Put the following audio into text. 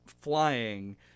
flying